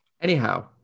Anyhow